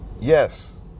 yes